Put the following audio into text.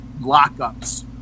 lockups